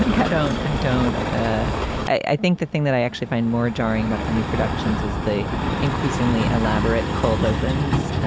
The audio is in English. i don't i don't ah i think the thing that i actually find more jarring about the new productions is the increasingly elaborate cold opens